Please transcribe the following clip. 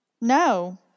No